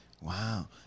Wow